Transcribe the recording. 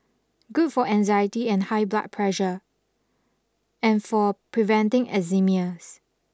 good for anxiety and high blood pressure and for preventing enzymias